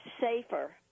safer